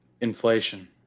Inflation